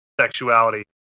sexuality